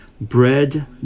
Bread